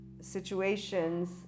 situations